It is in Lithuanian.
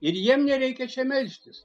ir jiem nereikia čia melstis